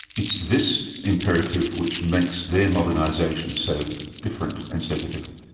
it's this imperative which makes their modernisation so different and so difficult.